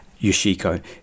Yoshiko